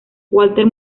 walter